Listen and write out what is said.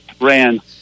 ran